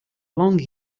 long